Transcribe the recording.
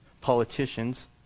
politicians